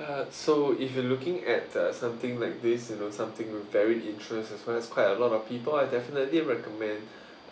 uh so if you are looking at uh something like this you know something very interest as well as quite a lot of people I definitely recommend